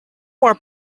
were